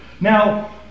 Now